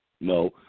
no